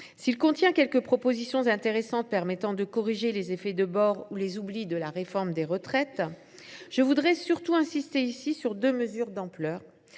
S’il contient quelques propositions intéressantes permettant de corriger les effets de bord ou les oublis de la réforme des retraites, je veux surtout insister ici sur deux mesures d’ampleur.